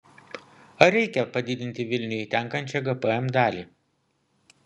ar reikia padidinti vilniui tenkančią gpm dalį